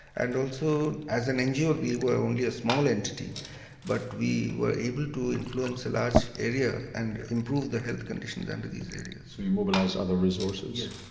and also as an ngo we were only a small entity but we were able to influence a large area and improve the health conditions in and these areas. so you mobilised other resources.